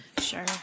Sure